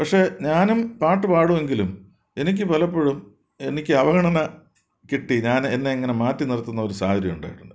പക്ഷേ ഞാനും പാട്ട് പാടുമെങ്കിലും എനിക്ക് പലപ്പോഴും എനിക്ക് അവഗണന കിട്ടി ഞാൻ എന്നെ ഇങ്ങനെ മാറ്റി നിർത്തുന്ന ഒരു സാഹചര്യം ഉണ്ടായിട്ടുണ്ട്